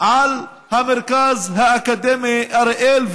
על המרכז האקדמי אריאל,